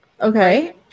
Okay